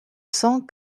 cent